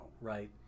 right